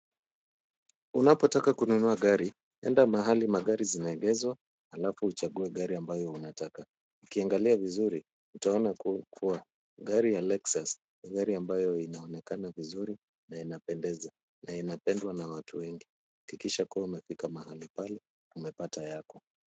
Unapotaka kununua gari, enda mahali magari zinaegeshwa alafu uchague gari ambayo unataka. Ukiangalia vizuri utaona kuwa gari ya Lexus ni gari ambayo inaonekana vizuri na inapendeza na inapendwa na watu wengi. Hakikisha kuwa umefika mahali pale umepata yako.